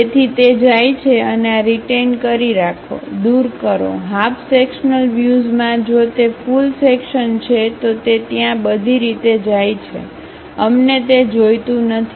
તેથી તે જાય છે અને આ રીટેઈન કરી રાખો દૂર કરો હાફ સેક્શન્લ વ્યુઝમાં જો તે ફુલ સેક્શન્ છે તો તે ત્યાં બધી રીતે જાય છે અમને તે જોઈતું નથી